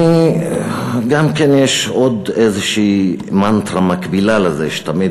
יש עוד איזושהי מנטרה מקבילה לזה שתמיד